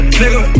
nigga